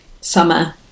Summer